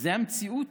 זאת המציאות?